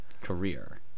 career